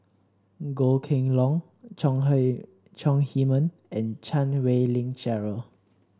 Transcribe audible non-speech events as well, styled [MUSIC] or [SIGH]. Goh Kheng Long Chong [UNINTELLIGIBLE] Chong Heman and Chan Wei Ling Cheryl